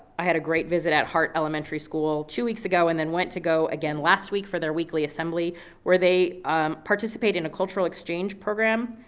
i had a great visit at harte elementary school two weeks ago, and then went to go again last week for their weekly assembly where they participate in a cultural exchange program.